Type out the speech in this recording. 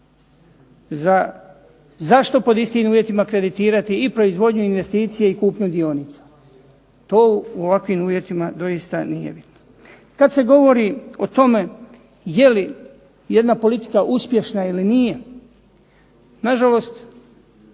Zašto pod istim uvjetima kreditirati, investicije i kupnju dionica. To u ovakvim uvjetima doista nije bitno. Kad se govori o tome je li jedna politika uspješna ili nije, nažalost